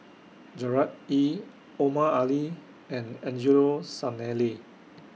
Gerard Ee Omar Ali and Angelo Sanelli